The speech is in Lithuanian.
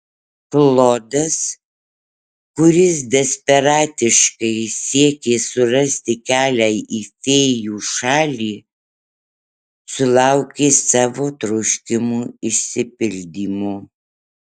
klodas kuris desperatiškai siekė surasti kelią į fėjų šalį sulaukė savo troškimų išsipildymo